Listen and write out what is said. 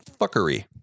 fuckery